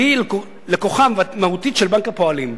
והיא לקוחה מהותית של בנק הפועלים.